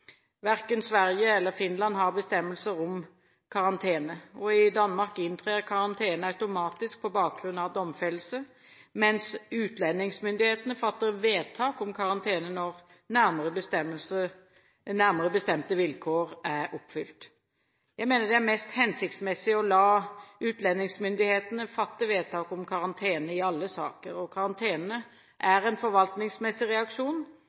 Verken Sverige eller Finland har bestemmelser om karantene. I Danmark inntrer karantene automatisk på bakgrunn av domfellelse, mens utlendingsmyndigheten fatter vedtak om karantene når nærmere bestemte vilkår er oppfylt. Jeg mener det er mest hensiktsmessig å la utlendingsmyndighetene fatte vedtak om karantene i alle saker. Karantene er en forvaltningsmessig reaksjon